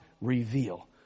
reveal